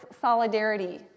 solidarity